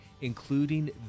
including